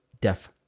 deaf